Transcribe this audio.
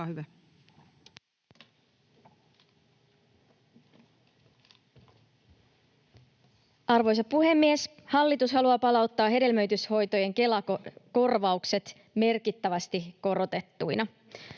Arvoisa puhemies! Hallitus haluaa palauttaa hedelmöityshoitojen Kela-korvaukset merkittävästi korotettuina.